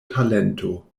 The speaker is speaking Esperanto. talento